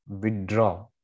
withdraw